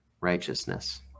righteousness